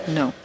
no